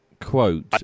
quote